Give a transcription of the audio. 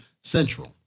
central